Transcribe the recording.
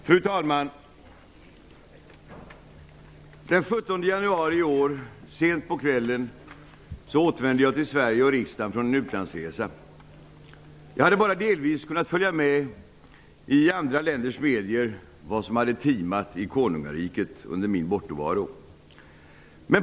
Fru talman! Den 17 januari i år, sent på kvällen, återvände jag till Sverige och riksdagen från en utlandsresa. Jag hade bara delvis kunnat följa med i andra länders medier vad som timat i konungariket under min bortovaro.